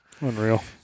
Unreal